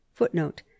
Footnote